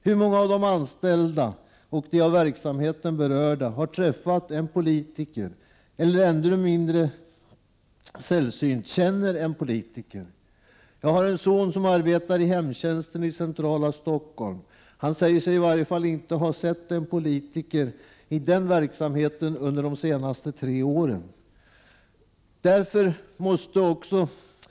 Hur många av de anställda och de av verksamheten berörda har träffat en politiker eller, ännu mer sällsynt, känner en politiker? Jag har en son som arbetar i hemtjänsten i centrala Stockholm. Han säger sig i varje fall inte ha sett en politiker i den verksamheten under de senaste tre åren.